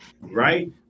Right